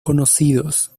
conocidos